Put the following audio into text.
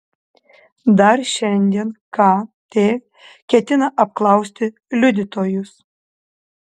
dar šiandien kt ketina apklausti liudytojus